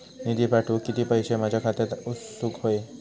निधी पाठवुक किती पैशे माझ्या खात्यात असुक व्हाये?